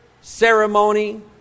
ceremony